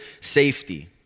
safety